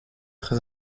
très